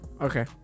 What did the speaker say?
Okay